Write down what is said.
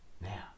Now